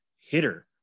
hitter